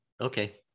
Okay